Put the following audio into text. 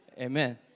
amen